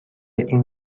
این